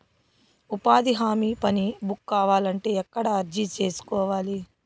ఉపాధి హామీ పని బుక్ కావాలంటే ఎక్కడ అర్జీ సేసుకోవాలి?